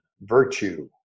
virtue